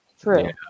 true